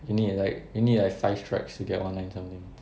you need like you need like five strikes to get one nine something